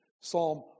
Psalm